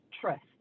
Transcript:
trust